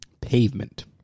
Pavement